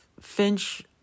finch